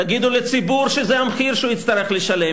תגידו לציבור שזה המחיר שהוא יצטרך לשלם,